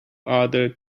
other